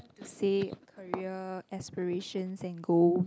say career aspirations and goal